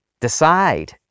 Decide